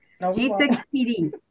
G6PD